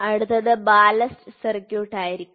അടുത്തത് ballast circuit ആയിരിക്കും